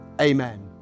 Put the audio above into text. amen